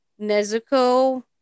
Nezuko